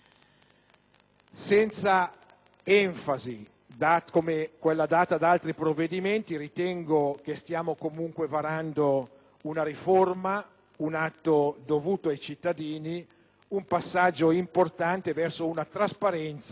Senza enfasi, come quella data a volte ad altri provvedimenti, ritengo che stiamo comunque varando una riforma, un atto dovuto ai cittadini, un passaggio importante verso una trasparenza